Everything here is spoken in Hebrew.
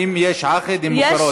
אם יש עקד, הן מוכרות.